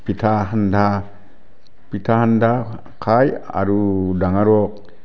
পিঠা সান্দা পিঠা সান্দা খায় আৰু ডাঙৰক